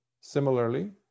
Similarly